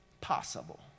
possible